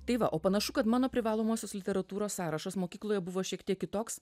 tai va o panašu kad mano privalomosios literatūros sąrašas mokykloje buvo šiek tiek kitoks